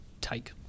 take